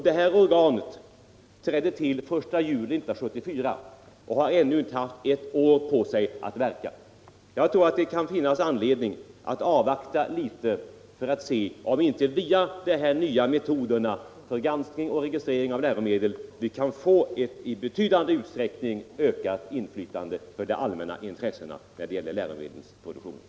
Det här organet trädde till den 1 juli 1974 och har alltså ännu inte haft ett år på sig att verka. Jag tror det finns anledning att avvakta något för att se om vi inte via de här nya metoderna för granskning och registrering av läromedel kan få ett betydligt ökat inflytande för de allmänna intressena när det gäller läromedelsproduktionen.